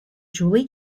julie